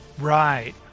right